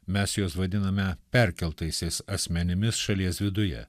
mes juos vadiname perkeltaisiais asmenimis šalies viduje